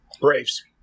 Braves